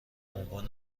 عنوان